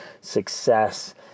success